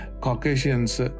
Caucasians